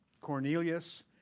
Cornelius